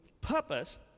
purpose